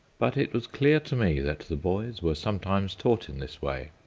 but it was clear to me that the boys were sometimes taught in this way.